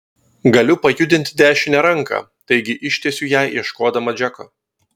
galiu pajudinti dešinę ranką taigi ištiesiu ją ieškodama džeko